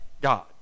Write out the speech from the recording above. God